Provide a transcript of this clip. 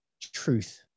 truth